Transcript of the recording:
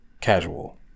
casual